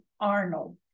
Arnold